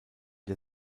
der